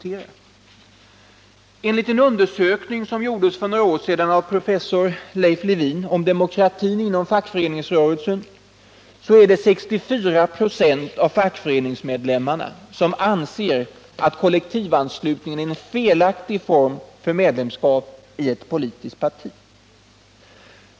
Enligt en undersökning som gjordes för några år sedan av professor Leif Lewin om demokratin inom fackföreningsrörelsen är det 64 96 av fackföreningsmedlemmarna som anser att kollektivanslutningen är en felaktig form för medlemskap i ett politiskt parti.